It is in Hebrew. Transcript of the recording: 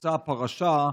שהתפוצצה הפרשה,